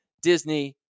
Disney